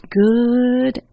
good